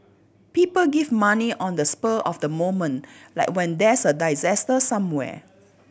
people give money on the spur of the moment like when there's a somewhere